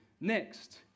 next